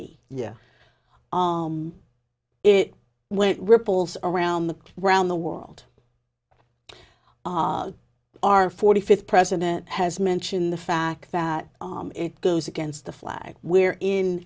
knee yeah om it went ripples around the round the world our our forty fifth president has mentioned the fact that it goes against the flag where in